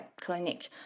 clinic